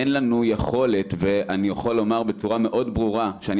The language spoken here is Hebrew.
אין לנו יכולת ואני יכול לומר בצורה מאוד ברורה שאני